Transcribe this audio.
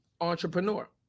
entrepreneur